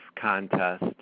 contest